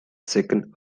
second